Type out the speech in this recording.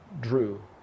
Drew